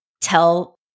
tell